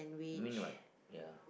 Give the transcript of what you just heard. mean what ya